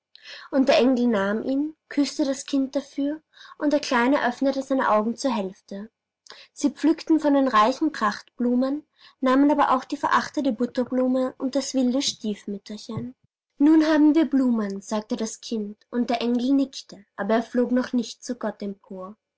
und der engel nahm ihn küßte das kind dafür und der kleine öffnete seine augen zur hälfte sie pflückten von den reichen prachtblumen nahmen aber auch die verachtete butterblume und das wilde stiefmütterchen nun haben wir blumen sagte das kind und der engel nickte aber er flog noch nicht zu gott empor